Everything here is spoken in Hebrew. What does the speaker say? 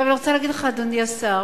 עכשיו, אני רוצה להגיד לך, אדוני השר,